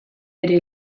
bere